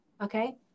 Okay